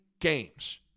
games